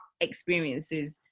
experiences